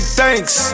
thanks